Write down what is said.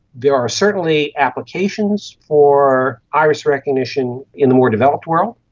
there are certainly applications for iris recognition in the more developed world.